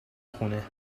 خونه